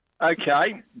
okay